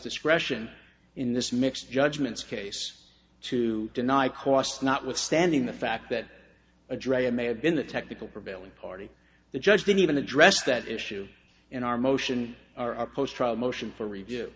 discretion in this mix judgements case to deny cost notwithstanding the fact that a dragon may have been the technical prevailing party the judge didn't even address that issue in our motion our post trial motion for review